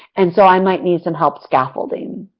and so, i might need some help scaffolding.